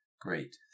Great